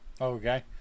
Okay